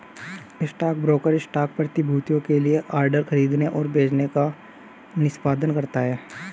stockbroker stock प्रतिभूतियों के लिए ऑर्डर खरीदने और बेचने का निष्पादन करता है